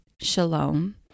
shalom